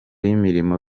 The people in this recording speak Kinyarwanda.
y’imirimo